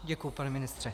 Děkuji, pane ministře.